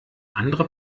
andere